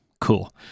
cool